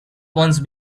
once